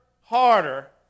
harder